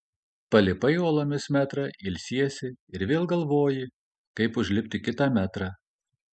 palipai uolomis metrą ilsiesi ir vėl galvoji kaip užlipti kitą metrą